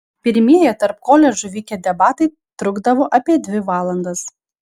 pirmieji tarp koledžų vykę debatai trukdavo apie dvi valandas